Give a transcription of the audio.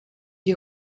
die